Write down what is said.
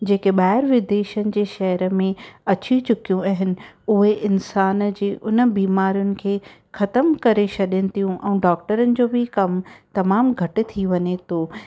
जेके ॿाहिरि विदेशनि जे शहर में अची चुकियूं आहिनि उहे इंसान जी उन बीमरियुनि खे ख़त्मु करे छॾनि थियूं ऐं डॉक्टरनि जो बि कमु तमामु घटि थी वञे थो